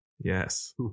Yes